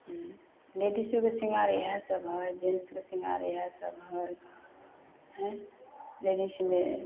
ladies सबके शृंगार इएह सब हइ जेंट्सके शृंगार इएह सब हइ हयँ लेडीजमे